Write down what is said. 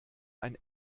ein